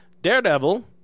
daredevil